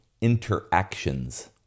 interactions